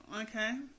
okay